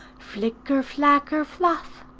flicker, flacker, fluff!